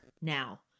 now